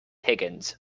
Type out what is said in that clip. higgins